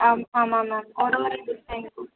ஆம் ஆமாம் மேம் ஒரு ஒரு டிசைனுக்கும்